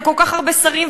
וכל כך הרבה שרים,